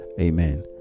Amen